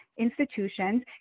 institutions